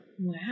Wow